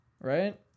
right